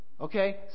Okay